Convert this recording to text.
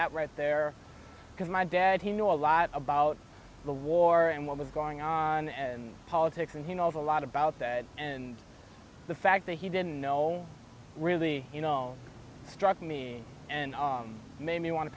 that right there because my dad he knew a lot about the war and what was going on and politics and he knows a lot about that and the fact that he didn't know really you know struck me and made me want to